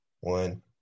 One